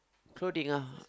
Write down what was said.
clothing ah